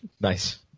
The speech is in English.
Nice